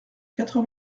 quatre